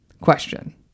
Question